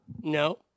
no